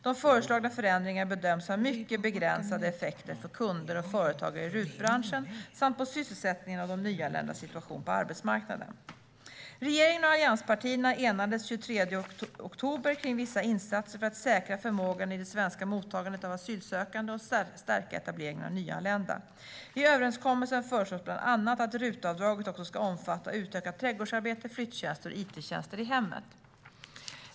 De föreslagna förändringarna bedöms ha mycket begränsade effekter för kunder och företagare i RUT-branschen samt på sysselsättningen och de nyanländas situation på arbetsmarknaden. Regeringen och allianspartierna enades den 23 oktober om vissa insatser för att säkra förmågan i det svenska mottagandet av asylsökande och stärka etableringen av nyanlända. I överenskommelsen föreslås bland annat att RUT-avdraget också ska omfatta utökat trädgårdsarbete, flyttjänster och it-tjänster i hemmet.